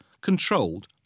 controlled